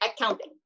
accounting